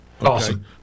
Awesome